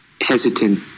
hesitant